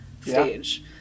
stage